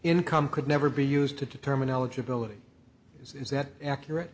income could never be used to determine eligibility is that accurate